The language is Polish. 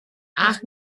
ach